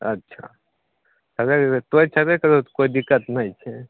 अच्छा अगर तोय छबे करौ कोइ दिक्कत नहि छै